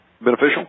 beneficial